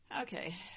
Okay